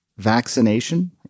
vaccination